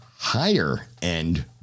higher-end